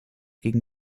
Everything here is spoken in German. gegen